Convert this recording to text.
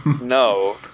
no